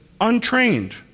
untrained